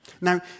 Now